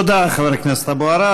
תודה לחבר הכנסת אבו עראר.